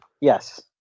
Yes